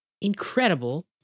Incredible